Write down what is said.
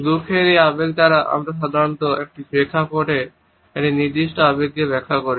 দুঃখের এই আবেগ দ্বারা আমরা সাধারণত একটি নির্দিষ্ট প্রেক্ষাপটে একটি নির্দিষ্ট আবেগকে ব্যাখ্যা করি